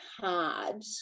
hard